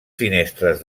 finestres